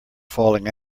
falling